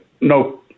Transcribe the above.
no